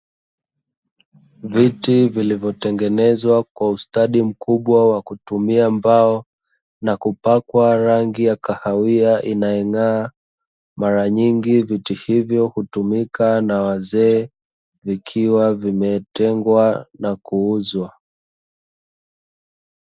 Viti vilivyotengenezwa kwa ustadi mkubwa wa kutumia mbao na kupakwa rangi ya kahawia inayong'aa, mara nyingi viti hivyo hutumika na wazee vikiwa vimetengwa na kuuzwa.